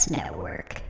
Network